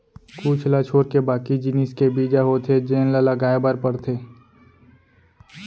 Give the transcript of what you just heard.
कुछ ल छोरके बाकी जिनिस के बीजा होथे जेन ल लगाए बर परथे